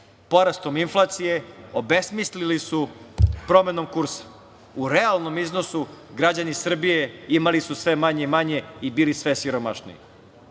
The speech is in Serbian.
porastom inflacije, obesmislili su promenom kursa. U realnom iznosu građani Srbije imali su sve manje i manje i bili sve siromašniji. To